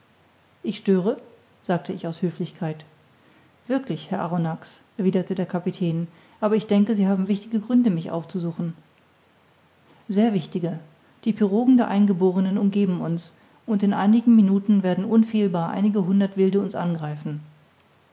ich störe sagte ich aus höflichkeit wirklich herr arronax erwiderte der kapitän aber ich denke sie haben wichtige gründe mich aufzusuchen sehr wichtige die pirogen der eingeborenen umgeben uns und in einigen minuten werden unfehlbar einige hundert wilde uns angreifen